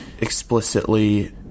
explicitly